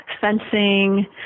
fencing